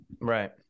Right